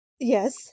yes